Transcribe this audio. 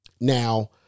Now